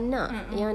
a'ah